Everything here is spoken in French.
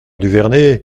duvernet